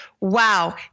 Wow